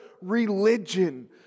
religion